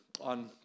on